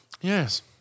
Yes